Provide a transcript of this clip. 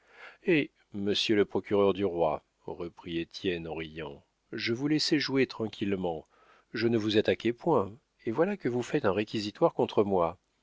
eh monsieur le procureur du roi reprit étienne en riant je vous laissais jouer tranquillement je ne vous attaquais point et voilà que vous faites un réquisitoire contre moi